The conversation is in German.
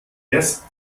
erst